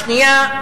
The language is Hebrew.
הדוגמה השנייה,